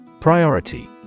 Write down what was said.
Priority